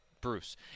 Bruce